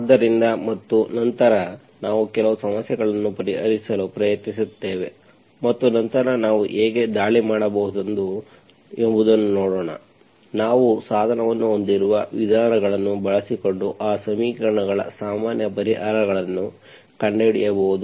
ಆದ್ದರಿಂದ ಮತ್ತು ನಂತರ ನಾವು ಕೆಲವು ಸಮಸ್ಯೆಗಳನ್ನು ಪರಿಹರಿಸಲು ಪ್ರಯತ್ನಿಸುತ್ತೇವೆ ಮತ್ತು ನಂತರ ನಾವು ಹೇಗೆ ದಾಳಿ ಮಾಡಬಹುದು ಎಂಬುದನ್ನು ನೋಡೋಣ ನಾವು ಸಾಧನವನ್ನು ಹೊಂದಿರುವ ವಿಧಾನಗಳನ್ನು ಬಳಸಿಕೊಂಡು ಆ ಸಮೀಕರಣಗಳ ಸಾಮಾನ್ಯ ಪರಿಹಾರಗಳನ್ನು ಕಂಡುಹಿಡಿಯಬಹುದು